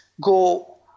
go